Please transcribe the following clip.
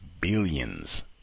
billions